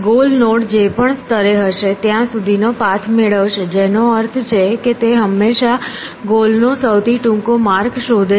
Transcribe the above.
goal node જે પણ સ્તરે હશે ત્યાં સુધી નો પાથ મેળવશે જેનો અર્થ છે કે તે હંમેશા ગોલ નો સૌથી ટૂંકો માર્ગ શોધે છે